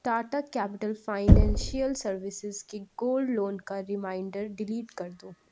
Tata capital financial services کے gold loan کا reminder delete کر دو